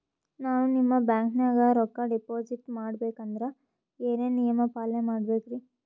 ನಾನು ನಿಮ್ಮ ಬ್ಯಾಂಕನಾಗ ರೊಕ್ಕಾ ಡಿಪಾಜಿಟ್ ಮಾಡ ಬೇಕಂದ್ರ ಏನೇನು ನಿಯಮ ಪಾಲನೇ ಮಾಡ್ಬೇಕ್ರಿ?